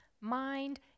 mind